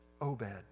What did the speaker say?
Obed